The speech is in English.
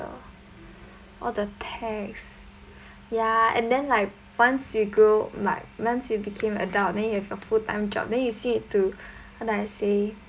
all the tax ya and then like once you grow like once you became adult then you have your full time job then you still need to how do I say